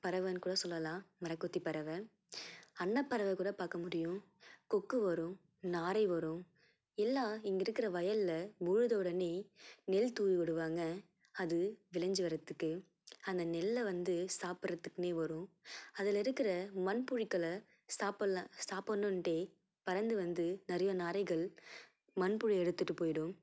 பறவைன்னு கூட சொல்லலாம் மரங்கொத்தி பறவை அன்னப்பறவை கூட பார்க்க முடியும் கொக்கு வரும் நாரை வரும் எல்லாம் இங்கே இருக்கிற வயல்ல உழுத உடனே நெல் தூவி விடுவாங்கள் அது விளஞ்சு வர்றத்துக்கு அந்த நெல்ல வந்து சாப்புடுறத்துக்குனே வரும் அதில் இருக்கிற மண்புழுக்களை சாப்புடுலாம் சாப்புடுணுன்ட்டே பறந்து வந்து நிறைய நாரைகள் மண்புழு எடுத்துகிட்டு போய்விடும்